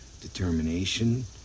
determination